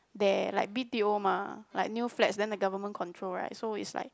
there like B_T_O mah like new flats then the government control right so it's like